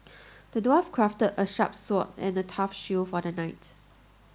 the dwarf crafted a sharp sword and a tough shield for the knight